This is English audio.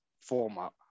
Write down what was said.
format